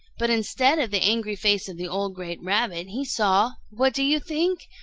but instead of the angry face of the old gray rabbit he saw what do you think?